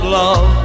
love